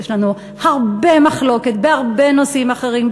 יש לנו הרבה מחלוקת בהרבה נושאים אחרים,